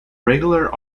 regular